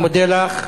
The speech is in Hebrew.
אני מודה לך.